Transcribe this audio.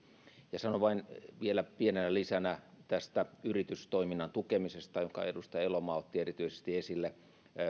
ja sanon vain vielä pienenä lisänä tästä yritystoiminnan tukemisesta jonka edustaja elomaa otti erityisesti esille